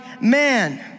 man